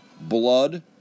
Blood